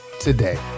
today